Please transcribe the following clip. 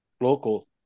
local